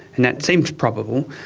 and that seems probable.